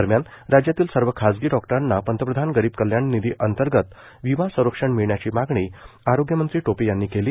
दरम्यान राज्यातील सर्व खासगी डॉक्टरांना पंतप्रधान गरीब कल्याण निधी अंतर्गत विमा संरक्षण मिळण्याची मागणी आरोग्यमंत्री टोपे यांनी केली